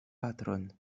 patron